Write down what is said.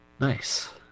Nice